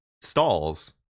stalls